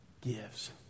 gives